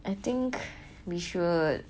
I think we should